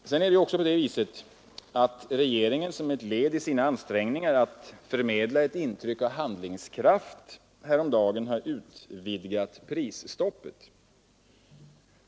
Som ett led i ansträngningarna att ge intryck av handlingskraft utvidgade regeringen häromdagen prisstoppet.